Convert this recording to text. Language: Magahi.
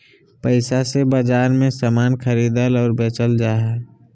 पैसा से बाजार मे समान खरीदल और बेचल जा हय